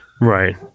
right